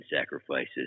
sacrifices